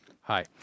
Hi